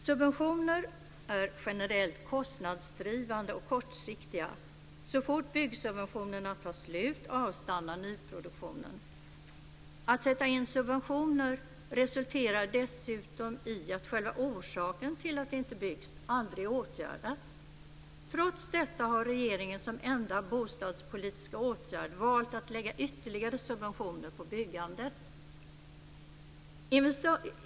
Subventioner är generellt kostnadsdrivande och kortsiktiga. Så fort byggsubventionerna tar slut avstannar nyproduktionen. Att sätta in subventioner resulterar dessutom i att själva orsaken till att det inte byggs aldrig åtgärdas. Trots detta har regeringen som enda bostadspolitiska åtgärd valt att lägga ytterligare subventioner på byggandet.